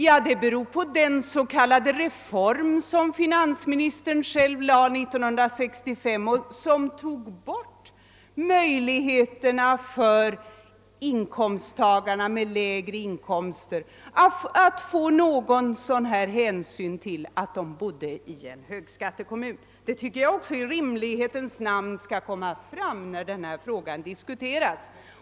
Jo, det beror på den s.k. reform som finansministern själv föreslog 1965 och som slopade möjligheterna att ta någon sådan hänsyn till lägre inkomsttagare som bor i en högskattekommun. Jag tycker att detta i rimlighetens namn bör komma fram när denna sak diskuteras.